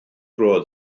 roedd